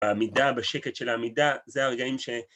העמידה, בשקט של העמידה, זה הרגעים ש...